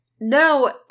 No